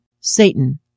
Satan